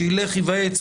שילך וייוועץ,